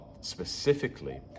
specifically